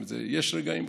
יש רגעים,